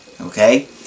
okay